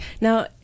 now